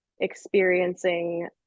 experiencing